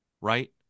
right